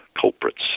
culprits